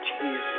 Jesus